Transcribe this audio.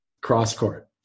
cross-court